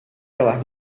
telah